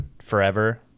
Forever